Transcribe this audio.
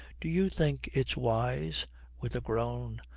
do you think it's wise with a groan,